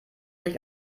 sich